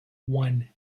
one